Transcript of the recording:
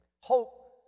hope